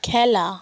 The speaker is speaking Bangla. খেলা